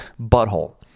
butthole